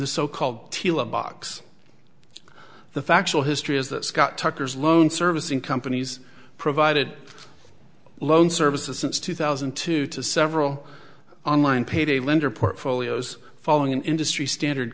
the so called box the factual history is that scott tucker's loan servicing companies provided loan services since two thousand and two to several online payday lender portfolios following an industry standard